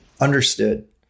Understood